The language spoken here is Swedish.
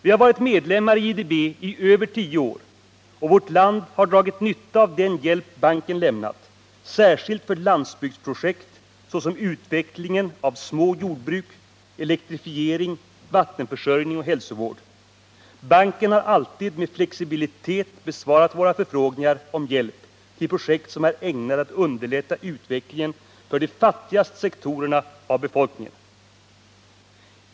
Vi har varit medlemmar i IDB i över tio år, och vårt land har dragit nytta av den hjälp banken lämnat, särskilt för landsbygdsprojekt såsom utveckling av små jordbruk, elektrifiering, vattenförsörjning och hälsovård. Banken har alltid med flexibilitet besvarat våra förfrågningar om hjälp till projekt som är ägnade att underlätta utvecklingen för de fattigaste sektorerna av befolkningen.